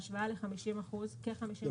לעומת כ-50% מקרב הגברים.